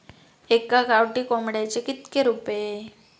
एका गावठी कोंबड्याचे कितके रुपये?